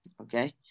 okay